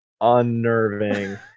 unnerving